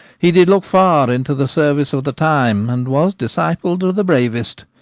he did look far into the service of the time, and was discipled of the bravest.